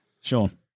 Sean